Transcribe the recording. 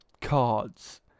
cards